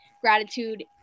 gratitude